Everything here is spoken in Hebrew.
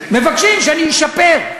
מבקשים שאני אשפר.